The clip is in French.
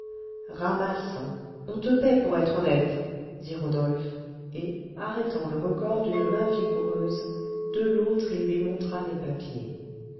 ramasse on te paie pour être honnête dit rodolphe et arrêtant le recors d'une main vigoureuse de l'autre il lui montra les papiers